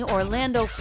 Orlando